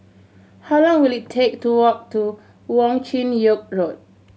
how long will it take to walk to Wong Chin Yoke Road